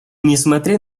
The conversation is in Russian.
несмотря